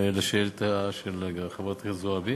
לשאלתה של חברת הכנסת זועבי.